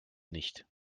nicht